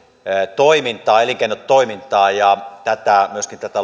toimintaa elinkeinotoimintaa ja myöskin tätä